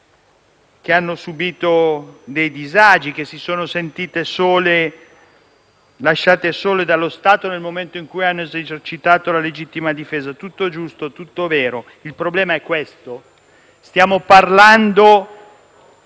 che hanno subito dei disagi, che si sono sentite lasciate sole dallo Stato nel momento in cui hanno esercitato la legittima difesa. Tutto giusto, tutto vero, ma il problema è che stiamo parlando